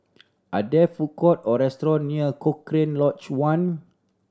are there food court or restaurants near Cochrane Lodge One